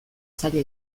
zaila